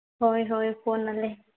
ᱦᱳᱭ ᱦᱳᱭ ᱯᱷᱳᱱᱟᱞᱮ